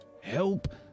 help